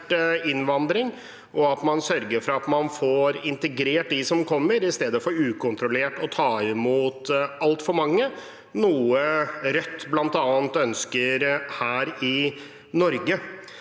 innvandring, og man ikke sørger for at man får integrert dem som kommer, i stedet for ukontrollert å ta imot altfor mange, noe bl.a. Rødt ønsker her i Norge.